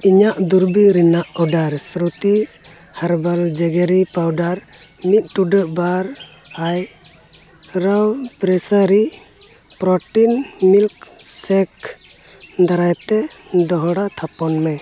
ᱤᱧᱟᱹᱜ ᱫᱩᱨᱵᱤᱱ ᱨᱮᱱᱟᱜ ᱚᱰᱟᱨ ᱥᱨᱩᱛᱤ ᱦᱟᱨᱵᱟᱞ ᱡᱟᱜᱮᱨᱤ ᱯᱟᱣᱰᱟᱨ ᱢᱤᱫ ᱴᱩᱰᱟᱹᱜ ᱵᱟᱨ ᱟᱭ ᱨᱟᱣ ᱯᱨᱮᱥᱟᱨᱤ ᱯᱨᱚᱴᱤᱱ ᱢᱤᱞᱠ ᱥᱮᱠ ᱫᱟᱨᱟᱭᱛᱮ ᱫᱚᱦᱲᱟ ᱛᱷᱟᱯᱚᱱ ᱢᱮ